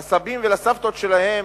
לסבים ולסבתות שלהם,